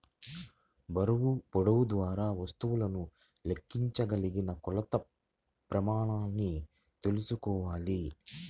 బరువు, పొడవు ద్వారా వస్తువులను లెక్కించగలిగిన కొలత ప్రమాణాన్ని తెల్సుకోవాలి